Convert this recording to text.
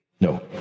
No